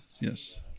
Yes